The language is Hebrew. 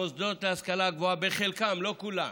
המוסדות להשכלה גבוהה, בחלקם, לא כולם,